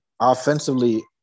Offensively